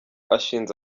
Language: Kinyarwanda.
ashinze